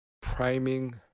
priming